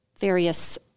various